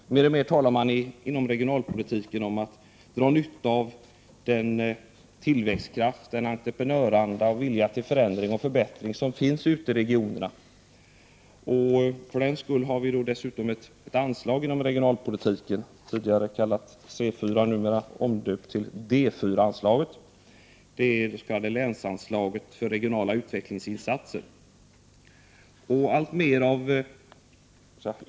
Inom regionalpolitiken talar man mer och mer om att dra nytta av den tillväxtkraft, den entreprenöranda och den vilja till förändring och förbättring som finns ute i regionerna. För detta ändamål finns det ett anslag inom regionalpolitiken, tidigare kallat C4 numera omdöpt till D4-anslaget, nämligen länsanslaget för regionala utvecklingsinsatser.